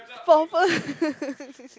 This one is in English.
four